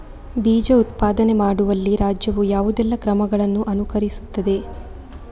ಬೀಜ ಉತ್ಪಾದನೆ ಮಾಡುವಲ್ಲಿ ರಾಜ್ಯವು ಯಾವುದೆಲ್ಲ ಕ್ರಮಗಳನ್ನು ಅನುಕರಿಸುತ್ತದೆ?